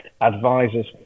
advisors